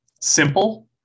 simple